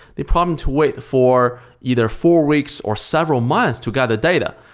they prompt to wait for either four weeks or several months to gather data.